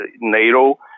NATO